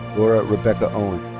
laura rebecca owen.